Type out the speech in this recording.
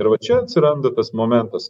ir vat čia atsiranda tas momentas